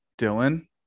Dylan